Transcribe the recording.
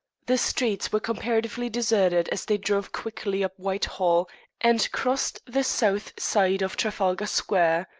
the streets were comparatively deserted as they drove quickly up whitehall and crossed the south side of trafalgar square.